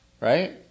right